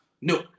No